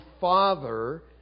Father